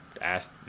asked